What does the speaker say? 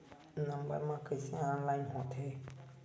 Number मा कइसे online होथे?